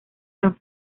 san